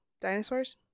dinosaurs